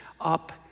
up